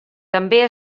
també